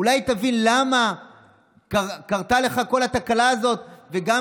אולי תבין למה קרתה לך כל התקלה הזאת וגם